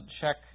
check